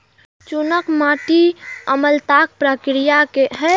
चूना माटि मे अम्लताक प्रतिक्रिया कें बेअसर करै छै आ माटिक पी.एच बढ़बै छै